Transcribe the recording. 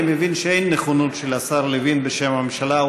אני מבין שאין נכונות של השר לוין, בשם הממשלה.